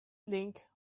link